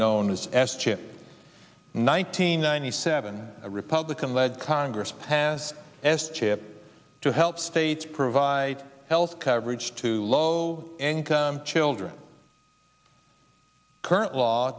known as s chip nine hundred ninety seven a republican led congress has s chip to help states provide health coverage to low income children current law